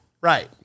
Right